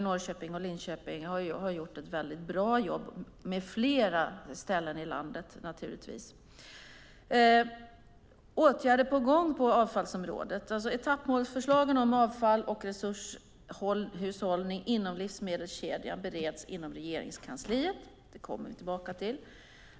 Norrköping och Linköping har gjort ett väldigt bra jobb liksom flera andra ställen i landet. Det är åtgärder på gång på avfallsområdet. Etappmålsförslaget om avfall och resurshushållning inom livsmedelskedjan bereds inom Regeringskansliet. Det kommer vi tillbaka till.